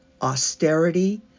austerity